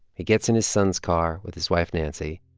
he gets in his son's car with his wife, nancy.